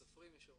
סופרים, משוררים.